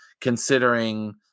considering